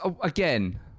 again